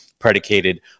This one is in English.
predicated